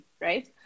right